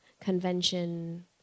convention